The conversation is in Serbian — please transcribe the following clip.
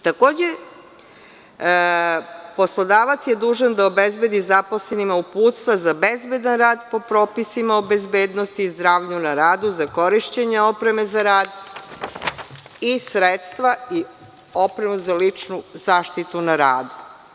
Takođe, poslodavac je dužan da obezbedi zaposlenima uputstva za bezbedan rad po propisima o bezbednosti i zdravlju na radu za korišćenje opreme za rad i sredstva i oprema za ličnu zaštitu na radu.